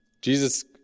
Jesus